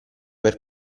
per